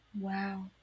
Wow